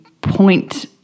point